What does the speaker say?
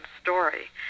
story